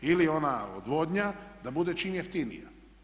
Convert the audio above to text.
Ili ona odvodnja da bude čim jeftinija.